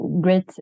great